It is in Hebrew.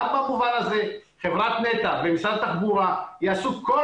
גם במובן הזה חברת נת"ע ומשרד התחבורה יעשו כל